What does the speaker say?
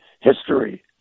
history